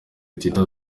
twitter